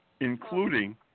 including